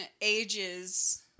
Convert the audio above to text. Ages